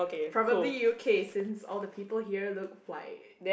probably U_K since all the people here look white